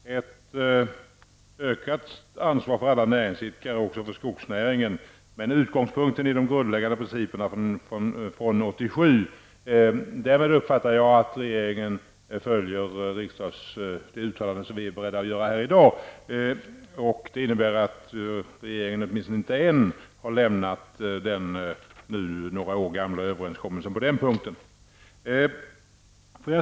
Herr talman! Ett ökat ansvar för alla näringsidkare, också för skogsnäringen, handlar det om, och då med utgångspunkt i de grundläggande principer som fastslogs 1987. Därmed uppfattar jag att regeringen kommer att följa det uttalande som vi är beredda att göra här i dag. Det innebär att regeringen åtminstone inte ännu har övergett den nu några år gamla överenskommelsen på den punkten.